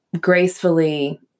gracefully